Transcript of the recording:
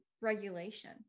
regulation